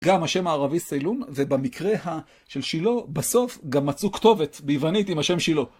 גם השם הערבי סילון, ובמקרה של שילה, בסוף גם מצאו כתובת ביוונית עם השם שילה.